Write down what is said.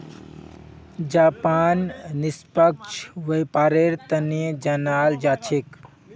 Japan निष्पक्ष व्यापारेर तने जानाल जा छेक